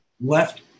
left